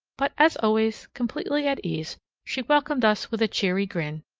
but as always completely at ease, she welcomed us with a cheery grin,